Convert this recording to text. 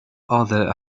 other